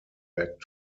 back